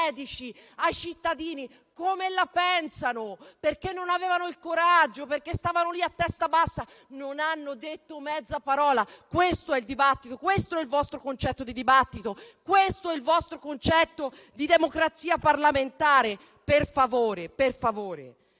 ai cittadini come la pensano, perché non avevano il coraggio, stavano lì a testa bassa e non hanno detto mezza parola. Questo è il dibattito. Questo è il vostro concetto di dibattito. Questo è il vostro concetto di democrazia parlamentare. Per favore. E poi